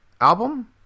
album